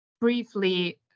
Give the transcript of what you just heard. briefly